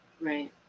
Right